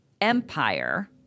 empire